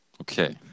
Okay